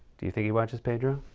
do you think he watches, pedro?